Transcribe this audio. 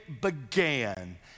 began